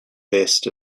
best